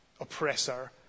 oppressor